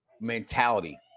mentality